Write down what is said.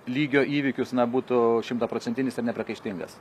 lygio įvykius na būtų šimtaprocentinis ir nepriekaištingas